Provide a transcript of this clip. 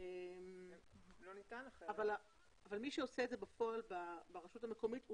אבל מי שעושה את זה בפועל ברשות המקומית,